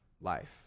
life